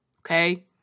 okay